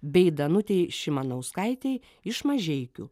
bei danutei šimanauskaitei iš mažeikių